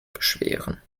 beschweren